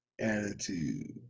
attitude